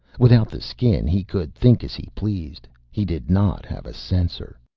without the skin he could think as he pleased. he did not have a censor.